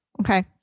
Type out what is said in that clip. Okay